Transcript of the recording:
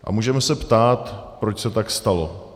A můžeme se ptát, proč se tak stalo.